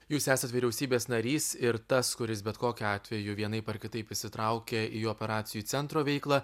jūs esat vyriausybės narys ir tas kuris bet kokiu atveju vienaip ar kitaip įsitraukia į operacijų centro veiklą